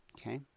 Okay